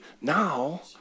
now